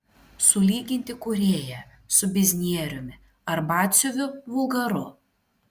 sulyginti kūrėją su biznieriumi ar batsiuviu vulgaru